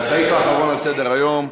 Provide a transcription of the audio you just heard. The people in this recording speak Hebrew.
זה הסעיף האחרון על סדר-היום.